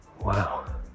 Wow